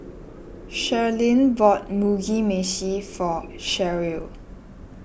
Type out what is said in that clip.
Sherlyn bought Mugi Meshi for Sheryll